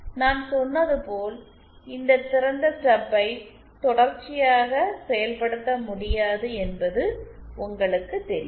நான் சொன்னது போல் இந்த திறந்த ஸ்டப்பை தொடர்ச்சியாக செயல்படுத்த முடியாது என்பது உங்களுக்குத் தெரியும்